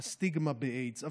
הסטיגמה באיידס.